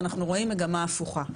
אנחנו רואים מגמה הפוכה.